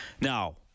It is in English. Now